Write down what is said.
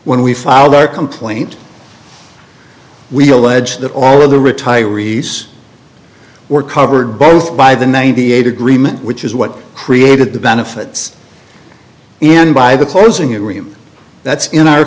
when we filed our complaint we allege that all of the retirees were covered both by the ninety eight agreement which is what created the benefits in by the closing agreement that's in our